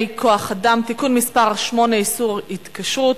כוח אדם (תיקון מס' 8) (איסור התקשרות),